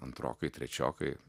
antrokai trečiokai